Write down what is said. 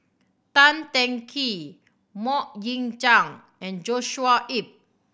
Tan Teng Kee Mok Ying Jang and Joshua Ip